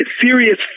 serious